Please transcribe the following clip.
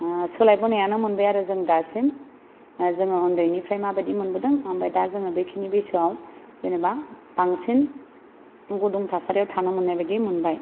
सोलायबोनायानो मोनबाय आरो जों दासिम दा जोङो उन्दैनिफ्राय माबायदि मोनबोदों ओमफ्राय दा जों बेखिनि बैसोआव जेनेबा बांसिन गुदुं थासारियाव थानो मोननाय बायदि मोनबाय